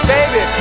Baby